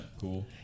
Cool